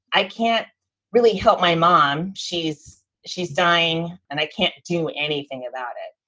i can't really help my mom. she's she's dying and i can't do anything about it